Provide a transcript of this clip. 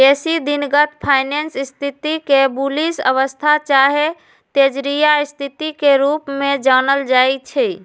बेशी दिनगत फाइनेंस स्थिति के बुलिश अवस्था चाहे तेजड़िया स्थिति के रूप में जानल जाइ छइ